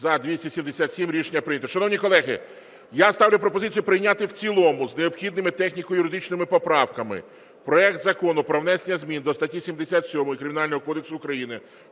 За-277 Рішення прийнято. Шановні колеги, я ставлю пропозицію прийняти в цілому з необхідними техніко-юридичними поправками проект Закону про внесення змін до статті 77 Кримінального кодексу України